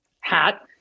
hat